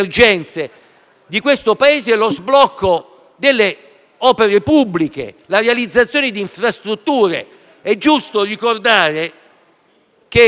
di questo Paese lo sblocco delle opere pubbliche e la realizzazione di infrastrutture. È giusto ricordare che